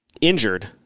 injured